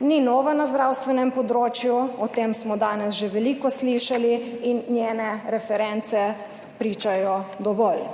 Ni nova na zdravstvenem področju, o tem smo danes že veliko slišali, in njene reference pričajo dovolj.